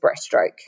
breaststroke